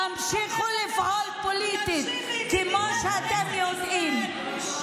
תמשיכו לפעול פוליטית כמו שאתם יודעים.